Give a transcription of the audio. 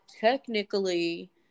technically